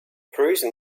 perusing